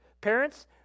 Parents